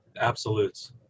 absolutes